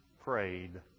prayed